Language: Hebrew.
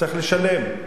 צריך לשלם.